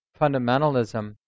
fundamentalism